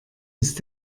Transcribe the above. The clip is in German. ist